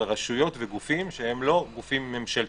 רשויות וגופים שהם לא גופים ממשלתיים,